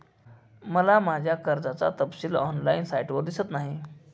मला माझ्या कर्जाचा तपशील ऑनलाइन साइटवर दिसत नाही